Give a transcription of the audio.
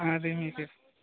అది మీకు